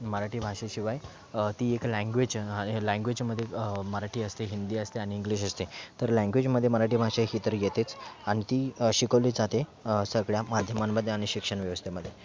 मराठी भाषेशिवाय ती एक लँग्वेज आणि लँग्वेजमध्ये मराठी असते हिंदी असते आणि इंग्लिश असते तर लँग्वेजमध्ये मराठी भाषा ही तर येतेच आणि ती शिकवली जाते सगळ्या माध्यमांमध्ये आध्ये शिक्षण व्यवस्थेमध्ये